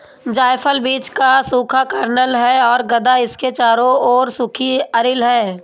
जायफल बीज का सूखा कर्नेल है और गदा इसके चारों ओर सूखी अरिल है